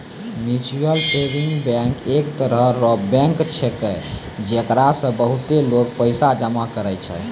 mutual saving bank एक तरह रो बैंक छैकै, जेकरा मे बहुते लोगें पैसा जमा करै छै